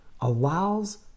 allows